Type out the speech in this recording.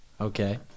Okay